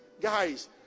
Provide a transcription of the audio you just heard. guys